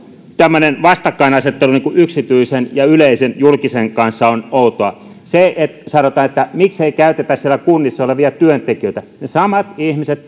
tämmöinen vastakkainasettelu yksityisen ja yleisen julkisen kanssa on outoa sanotaan että miksei käytetä siellä kunnissa olevia työntekijöitä ne samat ihmiset